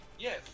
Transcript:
Yes